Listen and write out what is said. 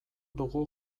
dugu